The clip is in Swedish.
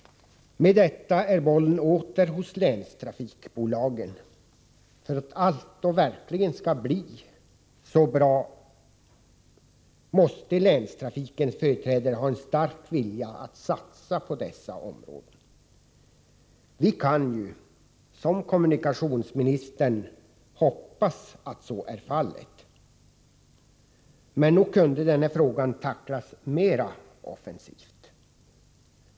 Med detta är bollen åter hos länstrafikbolagen. För att allt då verkligen skall bli bra måste länstrafikens företrädare ha en stark vilja att satsa på dessa områden. Vi kan ju, som kommunikationsministern, hoppas att så är fallet. Men nog kunde den här frågan tacklas mer offensivt.